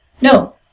No